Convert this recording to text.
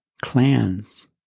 clans